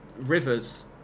Rivers